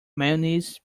mayonnaise